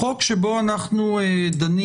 החוק שבו אנחנו דנים,